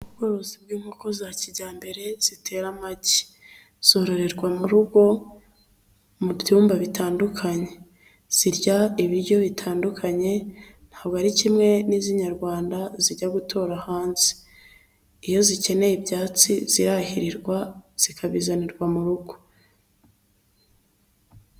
Ubworozi bw'inkoko za kijyambere zitera amagi, zororerwa mu rugo mu byumba bitandukanye, zirya ibiryo bitandukanye, ntabwo ari kimwe n'izi inyarwanda zijya gutora hanze, iyo zikeneye ibyatsi zirahirirwa zikabizanirwa mu rugo.